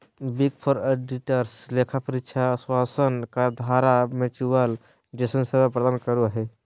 big four auditors लेखा परीक्षा आश्वाशन कराधान एक्चुरिअल जइसन सेवा प्रदान करो हय